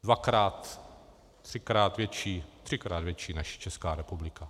Dvakrát, třikrát větší, třikrát větší než Česká republika.